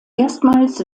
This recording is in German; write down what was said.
erstmals